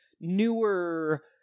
newer